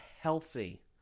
healthy